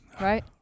right